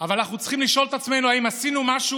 אבל אנחנו צריכים לשאול את עצמנו אם עשינו משהו